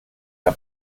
der